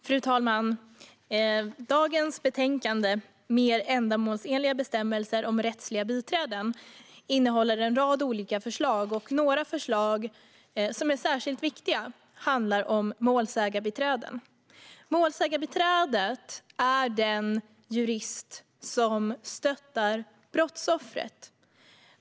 Fru talman! Det betänkande vi behandlar i dag, Mer ändamålsenliga bestämmelser om rättsliga biträden , innehåller en rad olika förslag. Några förslag som är särskilt viktiga handlar om målsägandebiträden. Målsägandebiträdet är den jurist som stöttar brottsoffret.